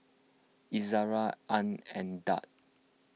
Izara Ain Daud